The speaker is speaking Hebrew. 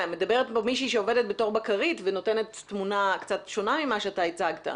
מדברת פה מישהי שעובדת בתור בקרית ונותנת תמונה קצת שונה ממה שאתה הצגת.